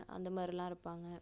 அந்த மாதிரில்லாம் இருப்பாங்கள்